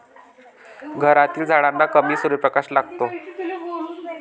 घरातील झाडांना कमी सूर्यप्रकाश लागतो